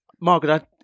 Margaret